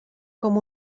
com